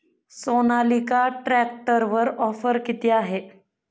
सोनालिका ट्रॅक्टरवर ऑफर किती आहे?